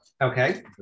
Okay